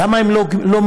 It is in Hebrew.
למה הן לא מגיעות?